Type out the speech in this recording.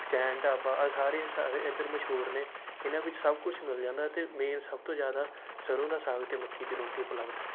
ਸੁਖਚੈਨ ਢਾਬਾ ਆਹ ਸਾਰੇ ਸਾਰੇ ਇੱਧਰ ਮਸ਼ਹੂਰ ਨੇ ਇਨ੍ਹਾਂ ਵਿੱਚ ਸਭ ਕੁਛ ਮਿਲ ਜਾਂਦਾ ਅਤੇ ਮੇਨ ਸਭ ਤੋਂ ਜ਼ਿਆਦਾ ਸਰ੍ਹੋਂ ਦਾ ਸਾਗ ਅਤੇ ਮੱਕੀ ਦੀ ਰੋਟੀ ਉਪਲੱਬਧ ਹੈ